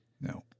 No